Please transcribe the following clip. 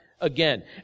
Again